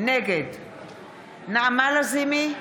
נגד נעמה לזימי,